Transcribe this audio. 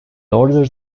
order